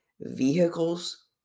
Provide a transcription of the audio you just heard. Vehicles